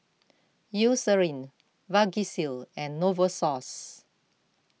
Eucerin Vagisil and Novosource